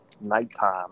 nighttime